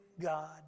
God